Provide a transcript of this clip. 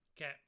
Okay